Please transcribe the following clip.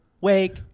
wake